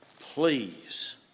please